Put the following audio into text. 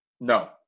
No